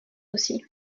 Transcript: aussi